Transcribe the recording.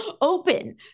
open